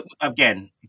again